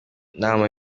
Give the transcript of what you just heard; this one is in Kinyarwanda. nama